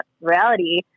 reality